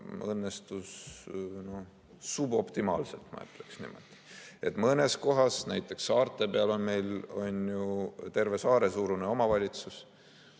õnnestus suboptimaalselt, ma ütleks niimoodi. Mõnes kohas, näiteks saarte peal on meil ju terve saare suurune omavalitsus.